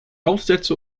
aufsätze